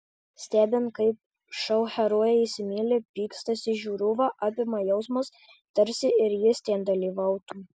stebint kaip šou herojai įsimyli pykstasi žiūrovą apima jausmas tarsi ir jis ten dalyvautų